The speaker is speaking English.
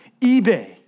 eBay